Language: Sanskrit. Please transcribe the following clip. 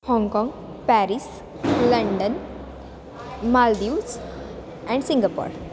Hong Kong Paris London Maldives and Singapore